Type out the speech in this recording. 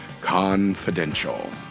confidential